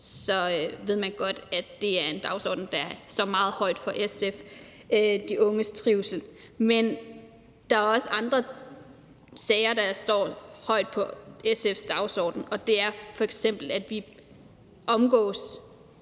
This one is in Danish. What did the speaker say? at de unges trivsel er en dagsorden, der står meget højt på listen for SF. Men der er også andre sager, der står højt på SF's dagsorden, og det er f.eks., at vi ikke